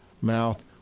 mouth